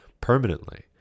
Permanently